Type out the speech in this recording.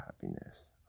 happiness